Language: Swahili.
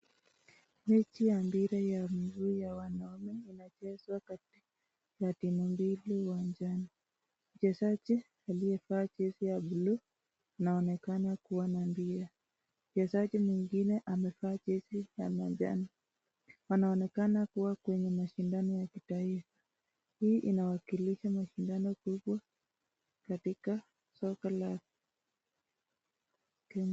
Mechi ya mpira ya miguu ya wanaume incheswa na timu mbili uanjani wachesaji wenye wamefaa jesi ya blue inaonekana kuwa na mpira wachesaji wengine wamefaa jesi ya machani yanaoneka a kuwa Kako Kwa mashindano ya kitaifa hii inawskilisha nashindano kubwa katika soko lao.